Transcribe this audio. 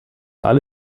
alle